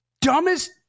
dumbest